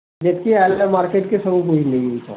ଯେତ୍କି ଆଇଲା ମାର୍କେଟ୍ କେ ସବୁ ବୁହି ନେଇ ଯାଉଛନ୍